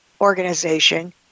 organization